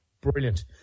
brilliant